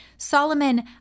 Solomon